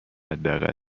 حداقل